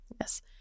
Yes